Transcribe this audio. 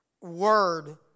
word